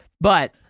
But-